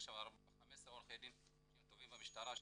עכשיו יש 15 עורכי דין שהם תובעים במשטרה,